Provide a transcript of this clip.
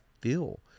feel